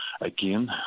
Again